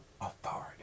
authority